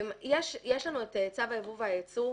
יש לנו את צו הייבוא והייצוא,